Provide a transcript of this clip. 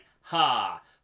ha